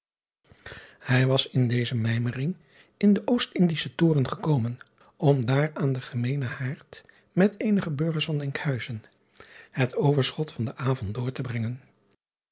ij was in deze mijmering in den ost ndischen oren gekomen om daar aan den gemeenen haard met eenige burgers van nkhuizen het overschot van den avond door te brengen